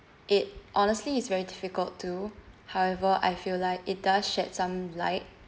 it honestly is very difficult to however I feel like it does shed some light